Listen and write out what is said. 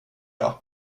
jag